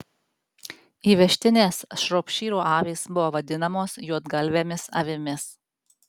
įvežtinės šropšyrų avys buvo vadinamos juodgalvėmis avimis